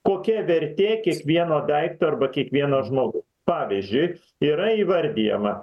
kokia vertė kiekvieno daikto arba kiekvieno žmogau pavyzdžiui yra įvardijama